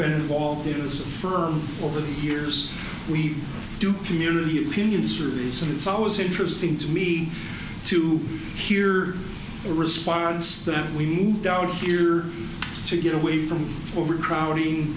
been involved in as firm over the years we do community opinion surveys and it's always interesting to me to hear a response that we moved out of here to get away from overcrowding